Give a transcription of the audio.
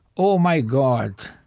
oh, my god.